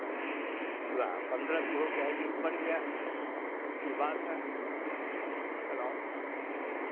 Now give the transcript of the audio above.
पंद्रह भी हो गया है रेट बढ़ गया है ये बात है हैलो